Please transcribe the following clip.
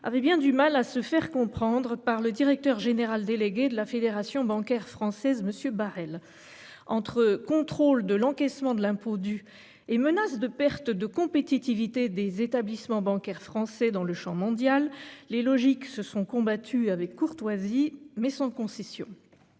avait bien du mal à se faire comprendre par le directeur général délégué de la Fédération bancaire française, M. Barel. Entre contrôle de l'encaissement de l'impôt dû et menace de perte de compétitivité des établissements bancaires français à l'échelle mondiale, les logiques se sont combattues avec courtoisie, mais sans concessions.